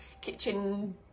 kitchen